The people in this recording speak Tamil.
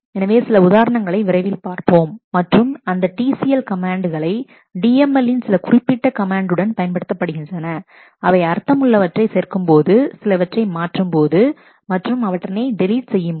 எனவே சில உதாரணங்களை விரைவில் பார்ப்போம் மற்றும் அந்தTCL கமெண்ட்களை DML லின் சில குறிப்பிட்ட கமெண்ட் உடன் பயன்படுத்தப்படுகின்றன அவை அர்த்தம் உள்ளவற்றை சேர்க்கும்போது சிலவற்றை மாற்றும்போது மற்றும் அவற்றினை டெலீட் செய்யும் போது